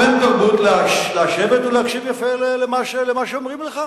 תואיל כמו בן תרבות לשבת ולהקשיב יפה למה שאומרים לך.